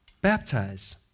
Baptize